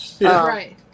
right